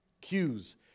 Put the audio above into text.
cues